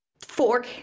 four